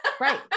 Right